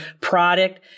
product